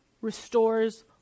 restores